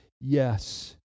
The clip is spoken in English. yes